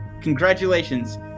Congratulations